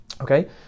Okay